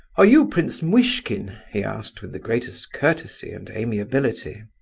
are you prince muishkin? he asked, with the greatest courtesy and amiability.